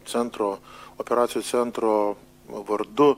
centro operacijų centro vardu